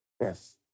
yes